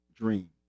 dream